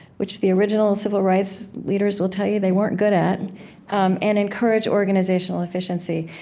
which the original civil rights leaders will tell you they weren't good at um and encourage organizational efficiency.